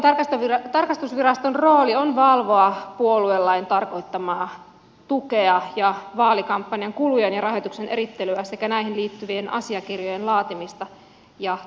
todellakin tarkastusviraston rooli on valvoa puoluelain tarkoittamaa tukea ja vaalikampanjan kulujen ja rahoituksen erittelyä sekä näihin liittyvien asiakirjojen laatimista ja toimittamista